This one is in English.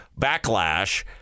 backlash